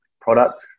product